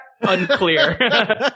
unclear